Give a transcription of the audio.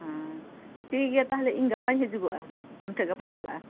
ᱦᱮᱸ ᱴᱷᱤᱠ ᱜᱮᱭᱟ ᱛᱟᱦᱚᱞᱮ ᱤᱧ ᱜᱟᱯᱟᱧ ᱦᱟᱡᱩᱜᱚᱜᱼᱟ ᱟᱢ ᱴᱷᱮᱱ ᱜᱟᱯᱟᱧ ᱪᱟᱞᱟᱜᱼᱟ